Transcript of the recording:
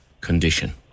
condition